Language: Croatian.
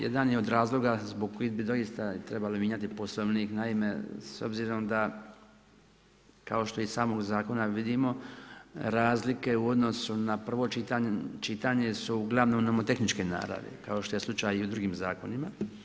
Jedan je od razloga zbog kojih bi doista trebalo mijenjati Poslovnik, naime s obzirom da kao što iz samog zakona vidimo razlike u odnosu na prvo čitanje su uglavnom nomotehničke naravi kao što je slučaj i u drugim zakonima.